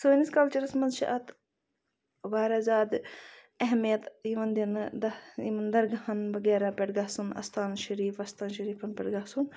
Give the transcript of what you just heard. سٲنِس کَلچَرَس منٛز چھِ اَتھ واریاہ زیادٕ اہمیت یِوان دِنہٕ دَہ یِمَن درگاہَن وغیرہ پٮ۪ٹھ گَژھُن اَستان شریٖف وَستان شریٖفَن پٮ۪ٹھ گَژھن